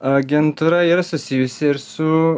agentūra yra susijusi ir su